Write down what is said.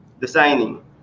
designing